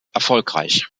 erfolgreich